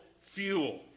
fuel